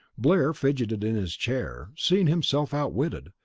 blair fidgeted in his chair, seeing himself outwitted,